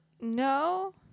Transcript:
No